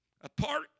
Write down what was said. apart